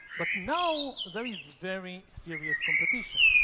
but now there is very serious competition.